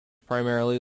primarily